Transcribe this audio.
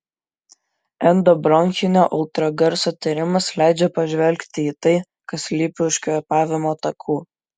endobronchinio ultragarso tyrimas leidžia pažvelgti į tai kas slypi už kvėpavimo takų